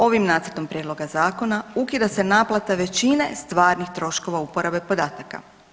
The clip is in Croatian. Ovim nacrtom prijedloga zakona ukida se naplata većine stvarnih troškova uporabe podataka.